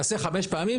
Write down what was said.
תעשה חמש פעמים,